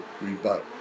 rebuttal